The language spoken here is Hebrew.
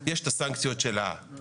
יש את הסנקציות של ההסכם.